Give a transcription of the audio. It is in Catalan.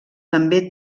també